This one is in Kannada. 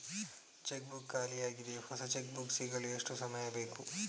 ಚೆಕ್ ಬುಕ್ ಖಾಲಿ ಯಾಗಿದೆ, ಹೊಸ ಚೆಕ್ ಬುಕ್ ಸಿಗಲು ಎಷ್ಟು ಸಮಯ ಬೇಕು?